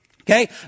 okay